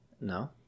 No